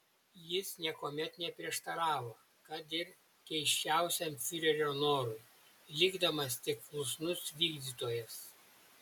jis niekuomet neprieštaravo kad ir keisčiausiam fiurerio norui likdamas tik klusnus vykdytojas